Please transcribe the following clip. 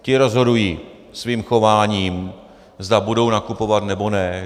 Ti rozhodují svým chováním, zda budou nakupovat, nebo ne.